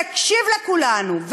שהקשיב לכולנו,